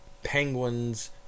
Penguins